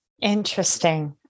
Interesting